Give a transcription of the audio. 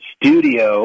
studio